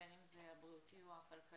בין אם זה הבריאותי או הכלכלי,